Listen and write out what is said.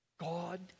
God